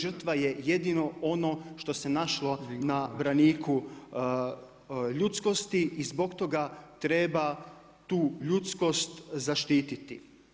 Žrtva je jedino ono što se našlo na braniku ljudskosti i zbog toga treba tu ljudskost zaštititi.